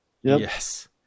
yes